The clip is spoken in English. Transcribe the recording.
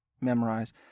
memorize